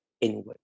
inward